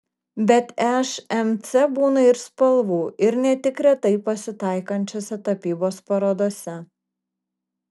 bet šmc būna ir spalvų ir ne tik retai pasitaikančiose tapybos parodose